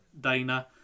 Dana